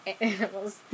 animals